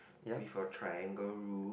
with a triangle roof